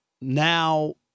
now